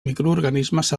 microorganismes